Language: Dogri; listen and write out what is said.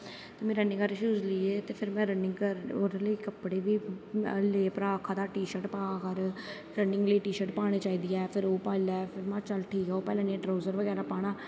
में रनिंग आह्ले शूज़ लेईयै ते फिर ओह्दै लेई कपड़े बी ले भ्रा आक्खा दा हा टीशर्ट पा कर रनिंग लेई टीशर्ट पानी चाही दी ऐ फिर महां ठीक ऐ पाई लैन्नी ऐ ट्रोज़र बगैरा पाना